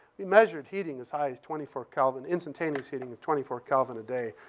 we measured heating as high as twenty four kelvin, instantaneous heating at twenty four kelvin a day,